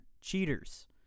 cheaters